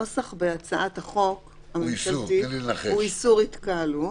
בהצעת החוק הממשלתית הוא איסור התקהלות,